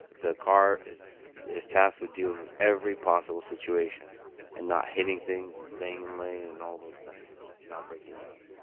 the car is is tasked with dealing with every possible situation and not hitting things and staying in lane and all those kinds of things and not breaking down.